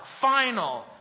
Final